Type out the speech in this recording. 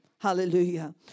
Hallelujah